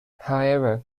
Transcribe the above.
however